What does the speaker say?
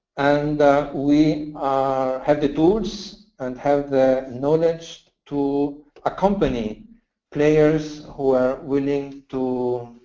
and we are have the tools, and have the knowledge to accompany players who are willing to